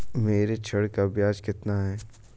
मेरे ऋण का ब्याज कितना है?